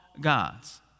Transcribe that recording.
gods